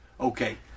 okay